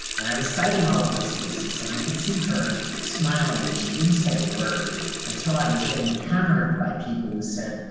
and i was citing all of those cases and i could see her smiling, but she didn't say a word until i was getting hammered by people who said,